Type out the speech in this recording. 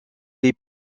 les